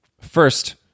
First